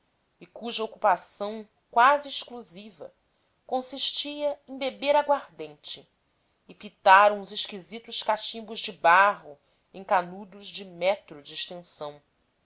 e cuja ocupação quase exclusiva consistia em beber aguardente e pitar uns esquisitos cachimbos de barro em canudos de metro de extensão